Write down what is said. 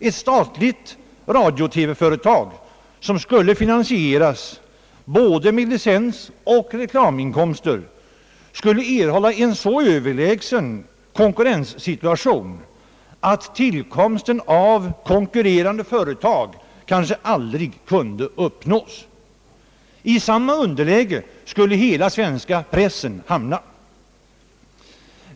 Ett statligt radio-TV-företag, som skulle finansieras med både licensavgifter och reklaminkomster, skulle erhålla en så överlägsen konkurrensställning att tillkomsten av konkurrerande företag kanske aldrig kunde bli möjlig. I samma underläge skulle hela den svenska pressen hamna.